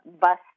bus